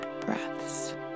breaths